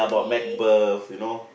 about Macbeth you know